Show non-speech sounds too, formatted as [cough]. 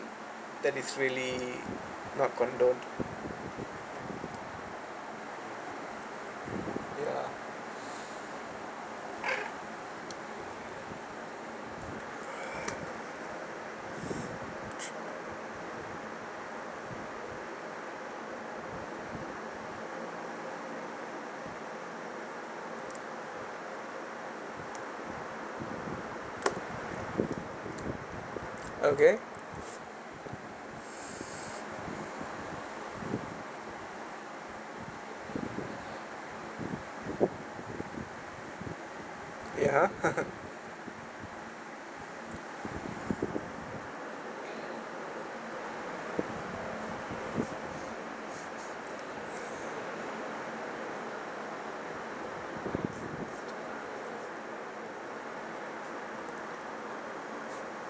that is really not ya [breath] okay [breath] ya [laughs]